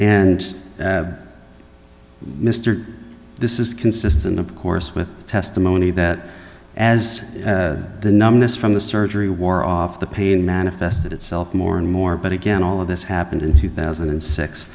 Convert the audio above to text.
is consistent of course with testimony that as the numbness from the surgery wore off the pain manifested itself more and more but again all of this happened in two thousand and six